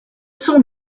sont